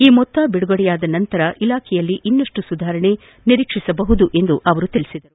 ಈ ಮೊತ್ತ ಬಿಡುಗಡೆಯಾದ ಬಳಿಕ ಇಲಾಖೆಯಲ್ಲಿ ಇನ್ನಷ್ಟು ಸುಧಾರಣೆ ನಿರೀಕ್ಷಿಸಬಹುದೆಂದು ತಿಳಿಸಿದರು